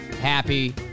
Happy